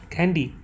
Candy